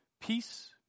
Peace